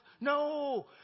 No